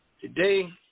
Today